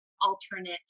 alternate